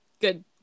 good